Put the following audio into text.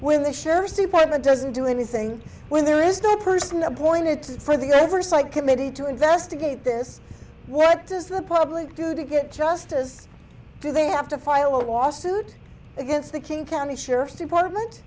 when the sheriff's department doesn't do anything when there is no person up point it for the oversight committee to investigate this what does the public do to get justice do they have to file a lawsuit against the king county sheriff's department